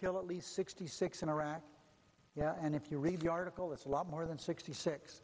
killed at least sixty six in iraq yeah and if you read the article it's a lot more than sixty six